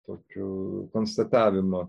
tokiu konstatavimu